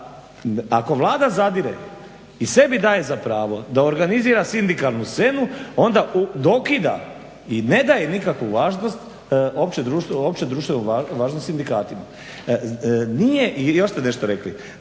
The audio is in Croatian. ako Vlada zadire i sebi daje za pravo da organizira sindikalnu scenu, onda u dokida, i ne daje nikakvu važnost općedruštvenu važnost sindikatima. Nije, i još ste nešto rekli,